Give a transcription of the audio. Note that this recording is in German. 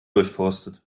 durchforstet